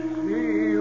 see